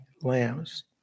lambs